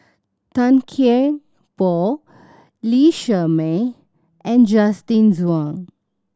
Tan Kian Por Lee Shermay and Justin Zhuang